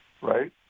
right